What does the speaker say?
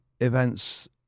events